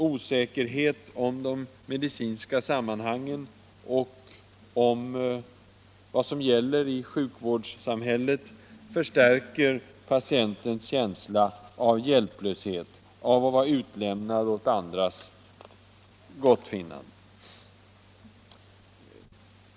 Osäkerhet om de medicinska sammanhangen och om vad som gäller i sjukvårdssamhället förstärker patientens känsla av hjälplöshet, av att vara utlämnad åt andras gottfinnande.